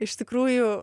iš tikrųjų